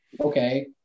Okay